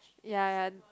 ya